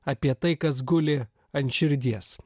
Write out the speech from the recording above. apie tai kas guli ant širdies